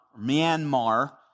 Myanmar